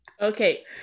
Okay